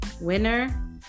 Winner